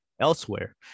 Elsewhere